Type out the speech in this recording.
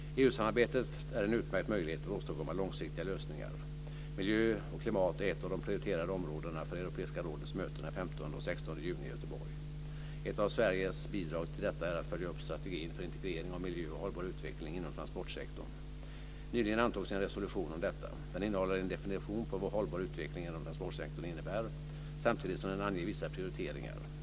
EU-samarbetet är en utmärkt möjlighet att åstadkomma långsiktiga lösningar. Miljö och klimat är ett av de prioriterade områdena för Europeiska rådets möte den 15 och 16 juni i Göteborg. Ett av Sveriges bidrag till detta är att följa upp strategin för integrering av miljö och hållbar utveckling inom transportsektorn. Nyligen antogs en resolution om detta. Den innehåller en definition av vad hållbar utveckling inom transportsektorn innebär, samtidigt som den anger vissa prioriteringar.